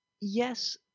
yes